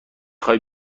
خوای